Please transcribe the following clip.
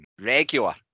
regular